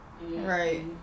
right